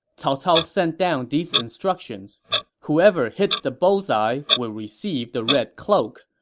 cao cao send down these instructions whoever hits the bullseye will receive the red cloak.